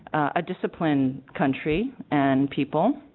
a disciplined country and people